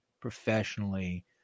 professionally